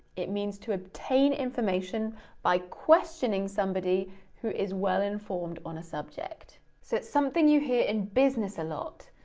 it means to obtain information by questioning somebody who is well-informed on a subject. so it's something you hear in business a lot,